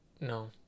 no